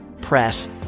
press